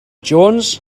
jones